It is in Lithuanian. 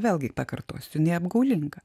vėlgi pakartosiu jinai apgaulinga